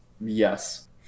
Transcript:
Yes